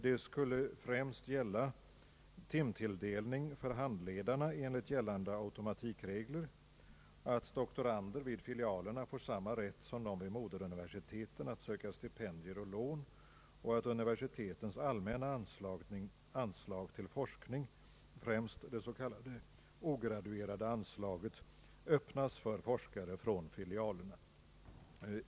De skulle främst gälla timtilldelningen för handledarna enligt gällande automatikregler, att doktorander vid filialerna får samma rätt som doktorander vid moderuniversiteten att söka stipendier och lån samt att universitetens allmänna anslag till forskning, främst det s.k. ograduerade anslaget, öppnas för forskare från filialerna.